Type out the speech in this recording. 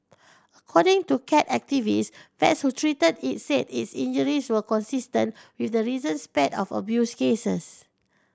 according to cat activists vets who treated it said its injuries were consistent with the recent spate of abuse cases